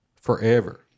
forever